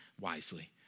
wisely